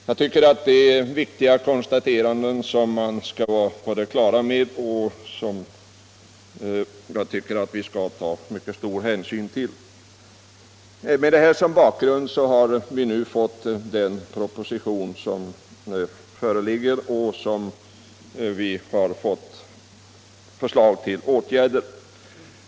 Jag tycker att detta är viktiga konstateranden som man skall vara på det klara med och ta mycket stor hänsyn till. Med detta som bakgrund har vi nu fått en proposition och förslag till åtgärder.